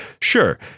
sure